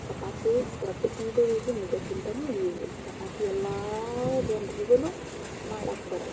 ಚಪಾತಿ ರೊಟ್ಟಿಗಿಂತೂ ಈಸಿ ಮುದ್ದೆಗಿಂತಲೂ ಈಸಿ ಚಪಾತಿ ಎಲ್ಲ ಜನರಿಗೂ ಮಾಡೋಕೆ ಬರುತ್ತೆ